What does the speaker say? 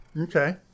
Okay